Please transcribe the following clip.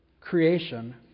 creation